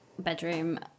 Bedroom